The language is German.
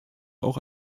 auch